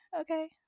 okay